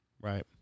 Right